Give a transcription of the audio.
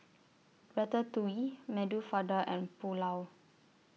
Ratatouille Medu Fada and Pulao